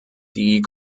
die